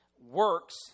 works